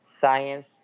science